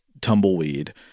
tumbleweed